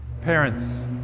Parents